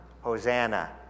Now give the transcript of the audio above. Hosanna